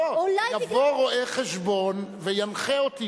יבוא רואה-חשבון וינחה אותי,